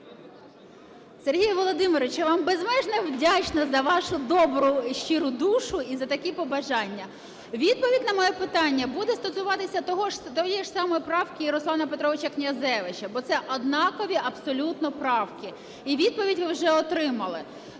Сергій Володимирович, я вам безмежно вдячна за вашу добру і щиру душу, і за такі побажання. Відповідь на моє питання буде стосуватися тієї ж самої правки і Руслана Петровича Князевича, бо це однакові абсолютно правки. І відповідь ви вже отримали.